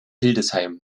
hildesheim